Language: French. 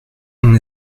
mon